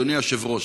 אדוני היושב-ראש,